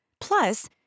Plus